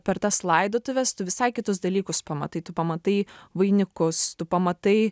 per tas laidotuves tu visai kitus dalykus pamatai tu pamatai vainikus tu pamatai